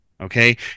Okay